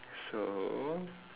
so